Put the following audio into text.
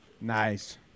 Nice